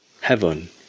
heaven